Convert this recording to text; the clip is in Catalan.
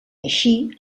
així